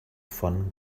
von